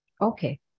Okay